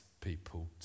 people